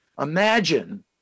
Imagine